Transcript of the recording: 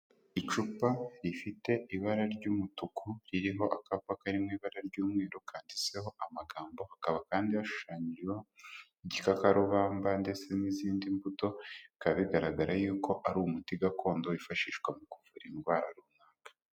Icupa rifite ibara ry'umutuku ririho akapa kari mu ibara ry'umweru kaditseho amagambo, hakaba kandi hashushanyijeho igikakarubamba ndetse n'izindi mbuto, bikaba bigaragara yuko ari umuti gakondo wifashishwa mu kuvura indwara runaka.